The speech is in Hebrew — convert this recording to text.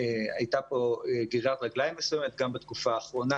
הייתה פה גרירת רגליים מסוימת גם בתקופה האחרונה